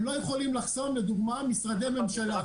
הם לא יכולים לחסום, לדוגמה, משרדי ממשלה.